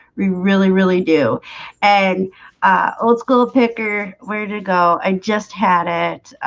we really really do and let's go picker. where'd it go? i just had it